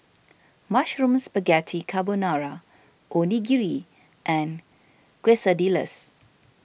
Mushroom Spaghetti Carbonara Onigiri and Quesadillas